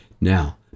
Now